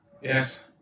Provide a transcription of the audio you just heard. Yes